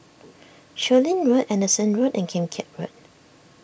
Chu Lin Road Anderson Road and Kim Keat Road